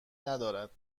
ندارد